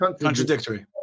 contradictory